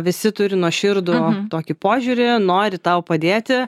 visi turi nuoširdų tokį požiūrį nori tau padėti